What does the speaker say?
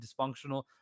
dysfunctional